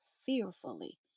fearfully